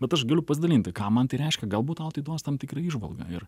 bet aš galiu pasidalinti ką man tai reiškia galbūt tau tai duos tam tikrą įžvalgą ir